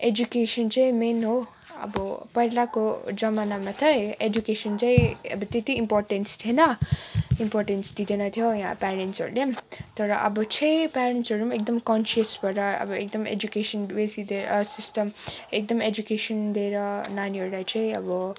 education चाहिँ main हो अब पहिलाको जमनामा चाहिँ एडुकेसन चाहिँ अब त्यति इम्पोर्टेन्स थिएन इम्पोर्टेन्स दिँदैन थियो या प्यारेन्टसहरूले पनि तर अब चाहिँ प्यारेन्टसहरू पनि एकदम कन्सियस भएर अब एकदम एडुकेसन बेसी सिस्टम एकदम एडुकेसन दिएर नानीहरूलाई चाहिँ अब